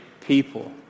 people